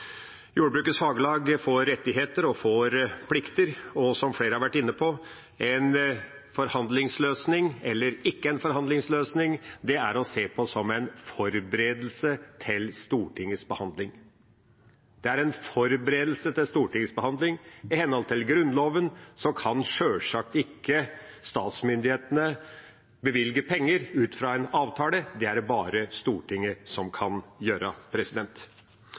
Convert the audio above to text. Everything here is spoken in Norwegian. Jordbrukets faglag får rettigheter og plikter. Som flere har vært inne på, en forhandlingsløsning eller ikke en forhandlingsløsning er å se på som en forberedelse til Stortingets behandling. Det er en forberedelse til Stortingets behandling – i henhold til Grunnloven kan sjølsagt ikke statsmyndighetene bevilge penger ut fra en avtale. Det er det bare Stortinget som kan gjøre.